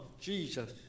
Jesus